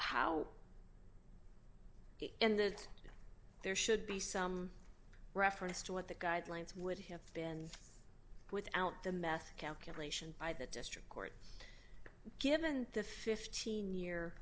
how and that there should be some reference to what the guidelines would have been without the math calculation by the district court given the fifteen year